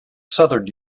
southern